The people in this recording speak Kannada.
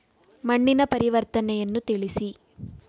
ಮಣ್ಣಿನ ಪರಿವರ್ತನೆಯನ್ನು ತಿಳಿಸಿ?